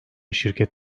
şirket